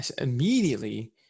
immediately